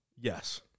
Yes